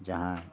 ᱡᱟᱦᱟᱸ